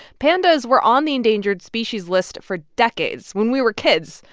pandas were on the endangered species list for decades when we were kids,